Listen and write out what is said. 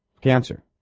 Cancer